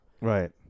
right